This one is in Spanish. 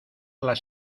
las